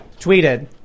tweeted